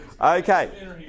Okay